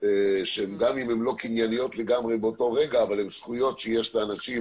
שגם אם הן לא קנייניות לגמרי באותו רגע הן זכויות שיש לאנשים